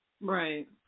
Right